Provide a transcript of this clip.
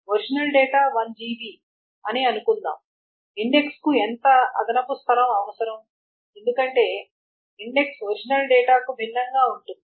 original data 1GB అని అనుకుందాం ఇండెక్స్కు ఎంత అదనపు స్థలం అవసరం ఎందుకంటే ఇండెక్స్ ఒరిజినల్ డేటాకు భిన్నంగా ఉంటుంది